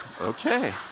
Okay